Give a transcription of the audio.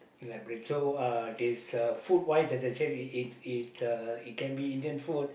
like bread so uh this uh food wise as I said it it uh it can be Indian food